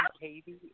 Katie